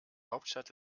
hauptstadt